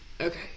okay